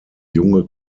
junge